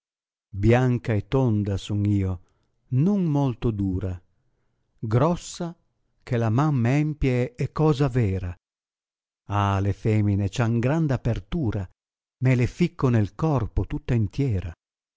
bianca e tonda son io non molto dura grossa che la man m empie è cosa vera a le femine e han grand apertura me le ficco nel corpo tutta intiera